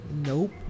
Nope